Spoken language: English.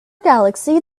galaxy